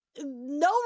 no